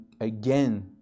again